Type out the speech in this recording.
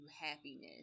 happiness